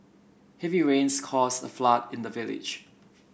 heavy rains caused a flood in the village